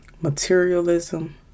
materialism